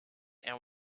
and